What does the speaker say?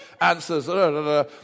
answers